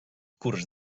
curs